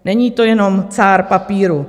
Není to jenom cár papíru.